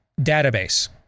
database